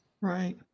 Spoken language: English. Right